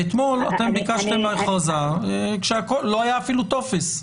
אתמול ביקשתם הכרזה כשלא היה אפילו טופס.